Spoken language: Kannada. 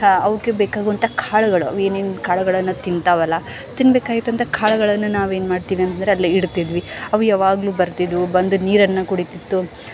ಅವುಕ್ಕೆ ಬೇಕಾಗುವಂಥ ಕಾಳುಗಳು ಅವು ಏನೇನು ಕಾಳುಗಳನ್ನು ತಿಂತಾವಲ್ಲ ತಿನ್ನಬೇಕಾಗಿತ್ತಂತ ಕಾಳ್ಗಳನ್ನ ನಾವೇನು ಮಾಡ್ತೀವಿ ಅಂದ್ರೆ ಅಲ್ಲಿ ಇಡ್ತಿದ್ವಿ ಅವು ಯಾವಾಗ್ಲೂ ಬರ್ತಿದ್ದವು ಬಂದು ನೀರನ್ನು ಕುಡಿತಿತ್ತು